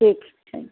ठीक छै